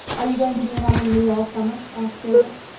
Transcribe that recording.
are you going to be in avonlea all summer? asked gilbert.